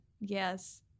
yes